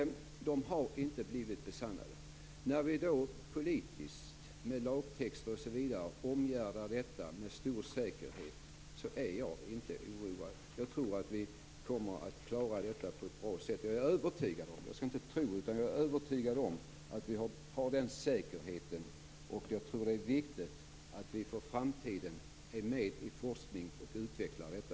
De har inte blivit besannade. När vi politiskt, med lagtext och annat, omgärdar detta med stor säkerhet är jag inte oroad. Jag tror att vi kommer att klara detta på ett bra sätt. Jag är övertygad om att vi har den säkerheten, och jag tror att det är viktigt att vi för framtiden är med i forskningen och utvecklar detta.